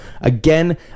Again